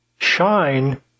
shine